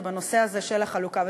הנושא הזה של החלוקה.